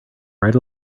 right